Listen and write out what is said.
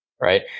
right